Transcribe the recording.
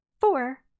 four